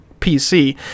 pc